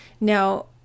Now